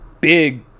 big